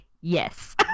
yes